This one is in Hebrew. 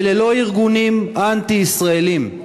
אלה לא ארגונים אנטי-ישראליים,